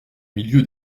milieu